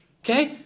Okay